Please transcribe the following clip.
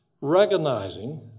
recognizing